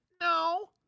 No